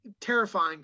terrifying